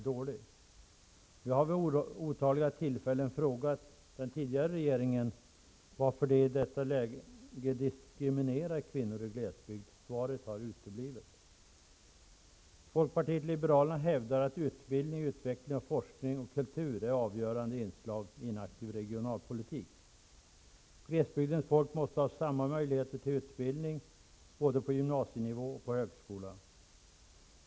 Jag har vid otaliga tillfällen frågat den tidigare regeringen varför man i detta läge diskriminerar kvinnorna i glesbygden. Svaret har uteblivit. Folkpartiet liberalerna hävdar att utbildning, utveckling, forskning och kultur är avgörande inslag i en aktiv regionalpolitik. Glesbygdens folk måste ha samma möjligheter till utbildning både på gymnasienivå och i högskola.